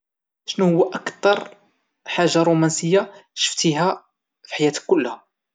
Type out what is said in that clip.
شنوهوا اكثر حاجه رومانسية شفتيها في حياتك كلها؟